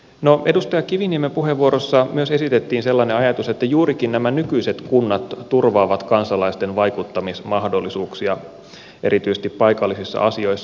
no edustaja kiviniemen puheenvuorossa myös esitettiin sellainen ajatus että juurikin nämä nykyiset kunnat turvaavat kansalaisten vaikuttamismahdollisuuksia erityisesti paikallisissa asioissa